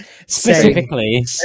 Specifically